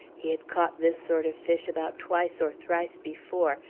he had caught this sort of fish about twice or thrice before,